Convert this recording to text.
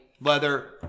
leather